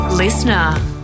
listener